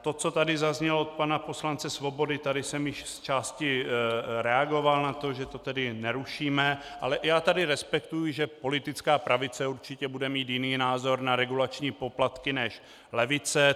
To, co tady zaznělo od pana poslance Svobody, tady jsem již zčásti reagoval na to, že to nerušíme, ale já tady respektuji, že politická pravice určitě bude mít jiný názor na regulační poplatky než levice.